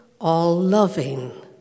all-loving